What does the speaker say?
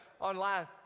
online